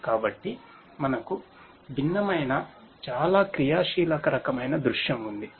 కాబట్టి మనకు భిన్నమైన చాలా క్రియాశీలక రకమైన దృశ్యం ఉంది